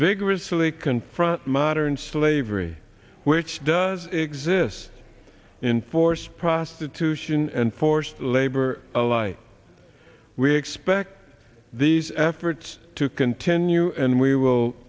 vigorously confront modern slavery which does exist in forced prostitution and forced labor allied we expect these efforts to continue and we will